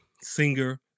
singer